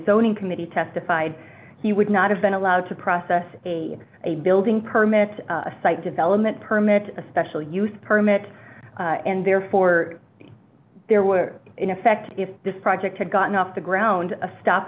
zoning committee testified he would not have been allowed to process a a building permit site development permit a special use permit and therefore there were in effect if this project had gotten off the ground a st